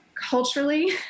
culturally